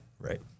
right